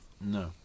No